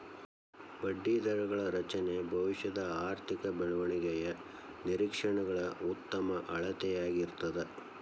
ಬಡ್ಡಿದರಗಳ ರಚನೆ ಭವಿಷ್ಯದ ಆರ್ಥಿಕ ಬೆಳವಣಿಗೆಯ ನಿರೇಕ್ಷೆಗಳ ಉತ್ತಮ ಅಳತೆಯಾಗಿರ್ತದ